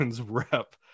rep